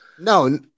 No